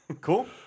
Cool